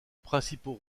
principaux